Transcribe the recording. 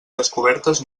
descobertes